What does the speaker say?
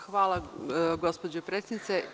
Hvala, gospođo predsednice.